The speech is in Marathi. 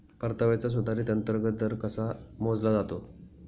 परताव्याचा सुधारित अंतर्गत दर कसा मोजला जातो?